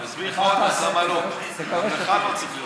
אסביר לך עוד מעט למה לא וגם לך לא צריכה להיות.